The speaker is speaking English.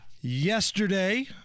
Yesterday